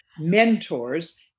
mentors